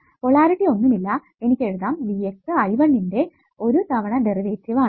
polarity ഒന്നുമില്ല എനിക്ക് എഴുതാം V x I1 ന്റെ 1 തവണ ഡെറിവേറ്റീവ് ആണെന്ന്